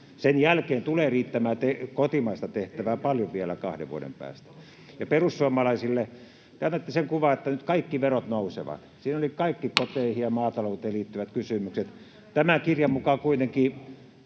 Sen jälkeen tulee riittämään kotimaista tehtävää paljon vielä kahden vuoden päästä. Ja perussuomalaisille: Te annatte sen kuvan, että nyt kaikki verot nousevat. Siinä olivat kaikki koteihin ja maatalouteen liittyvät kysymykset. Tämän kirjan mukaan kuitenkin